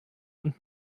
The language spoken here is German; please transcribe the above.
und